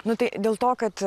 nu tai dėl to kad